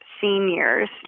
seniors